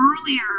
earlier